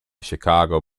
chicago